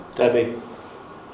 debbie